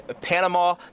Panama